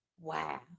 Wow